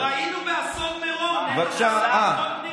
ראינו באסון מירון איך השר לביטחון הפנים שלכם פיקח על המשטרה.